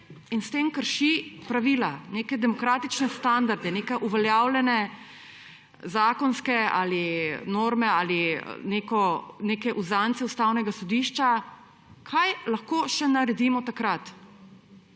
in s tem krši pravila, neke demokratične standarde, neke uveljavljene zakonske norme ali neke uzance Ustavnega sodišča? Kaj lahko še naredimo takrat?